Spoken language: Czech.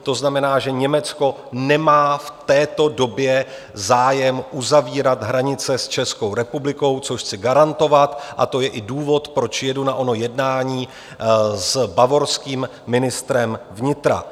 To znamená, že Německo nemá v této době zájem uzavírat hranice s Českou republikou, což chci garantovat, a to je důvod, proč jedu na ono jednání s bavorským ministrem vnitra.